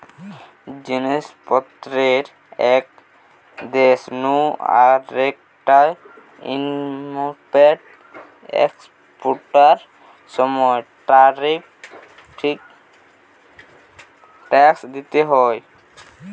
জিনিস পত্রের এক দেশ নু আরেকটায় ইম্পোর্ট এক্সপোর্টার সময় ট্যারিফ ট্যাক্স দিইতে হয়